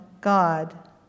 God